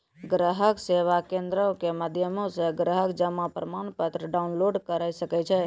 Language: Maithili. ग्राहक सेवा केंद्रो के माध्यमो से ग्राहक जमा प्रमाणपत्र डाउनलोड करे सकै छै